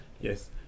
Yes